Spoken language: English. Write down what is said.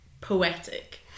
poetic